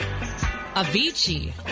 Avicii